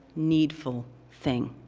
needful thing.